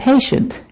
patient